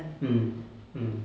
mm